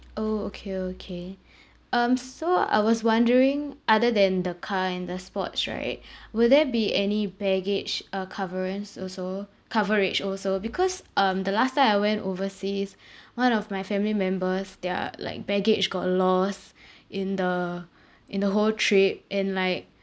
orh okay okay um so I was wondering other than the car and the sports right will there be any baggage uh coverance also coverage also because um the last time I went overseas one of my family members their like baggage got lost in the in the whole trip and like